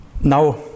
Now